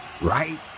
Right